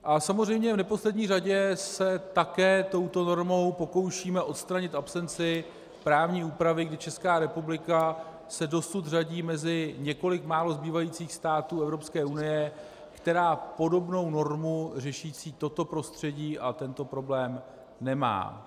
A samozřejmě v neposlední řadě se také touto normou pokoušíme odstranit absenci právní úpravy, kdy Česká republika se dosud řadí mezi několik málo zbývajících států Evropské unie, které podobnou normu řešící toto prostředí a tento problém nemají.